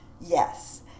Yes